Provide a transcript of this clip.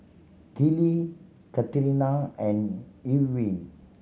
Gillie Katarina and Ewin